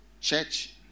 church